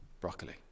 broccoli